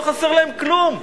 לא חסר להם כלום,